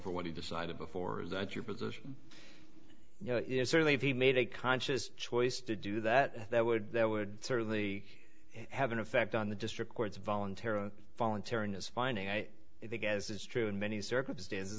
for what he decided before that your position you know it's certainly if he made a conscious choice to do that that would that would certainly have an effect on the district court's voluntarily voluntariness finding i guess is true in many circumstances